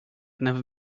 never